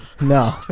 No